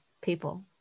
people